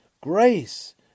grace